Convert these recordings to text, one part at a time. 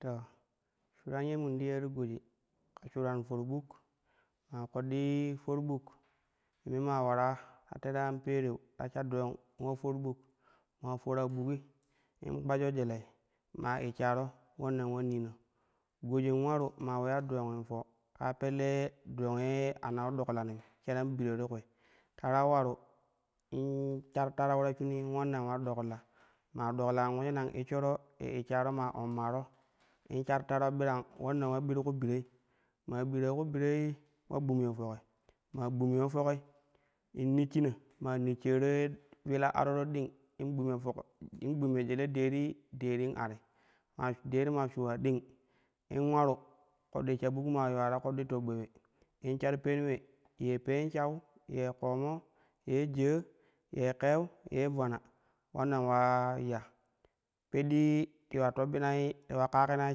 To shuran ye mun ti ya ti goji ka shuran for buk maa koɗɗi for buk mun maa wara ta tere an pereu ta sha dong ula for buk, mafera ɓukgi in kpajyo jelei maa ishsharo ulanna ula nina gojin ularu ina uleya dongin fo kaa pelle dang ye a hau ɗoklanir sheran biro ti kule ta ra ularu in shar tareau ta shinii in ulanna ula dokkilla maa dolela in ulejina in ishshoro ye ishsharo ma ommaro in shar tarau birang ulanna illa bir ku biroi, maa bira ku biroi illa gbumiyo foki, maa gbumyo foki in nyishshina maa nyishshara ye wila aroro ding in gbumyo foki, in gbumyo jele deeti, deetin ari deet maa shuula ding in ularu koɗɗi sha buk maa yuwa no koɗɗi toɓɓoule in shar peen ule ye peen shau, ye kooino, ye jza, ye keuu ye bana ulanna ula ya, peɗɗi ti toɓɓinai ti ula kakinai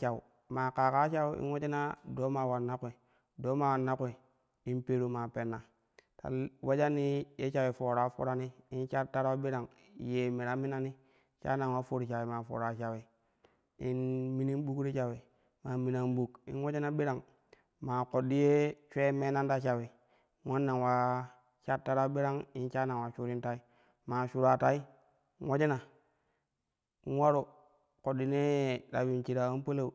shau maa kaaka shau in ulejina doo maa ulanna kuri, doo maa illanna kwi in peru, maa penna ta ulejani ye shawi maa foora forani in shar tarau birang yei me ta minani shana ula fom shawi maa fora shawi in mimin buk ti shawi maa minan buk in ulejina birang maa koddi ye shwe meengu ta shawi ulanna ula shar tarnu birang in shana ula shurin tai maa shura tai ulejiiri in ularu koɗɗinee ta yuun shirau an palau.